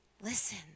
Listen